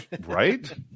Right